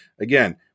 Again